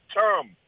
term